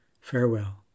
Farewell